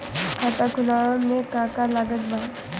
खाता खुलावे मे का का लागत बा?